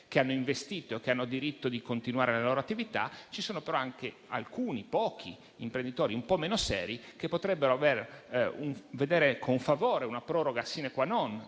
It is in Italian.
che hanno investito e che hanno il diritto di continuare le loro attività. Ci sono però anche alcuni, pochi, imprenditori un po' meno seri, che potrebbero vedere con favore una proroga *sine qua non*